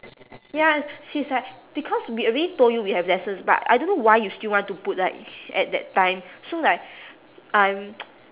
ya she's like because we already told you we have lessons but I don't know why you still want to put like at that time so like I'm